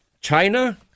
China